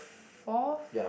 fourth